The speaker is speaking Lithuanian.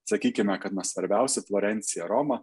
sakykime kad na svarbiausi florencija roma